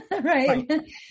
right